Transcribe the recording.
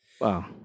Wow